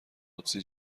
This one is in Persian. قدسی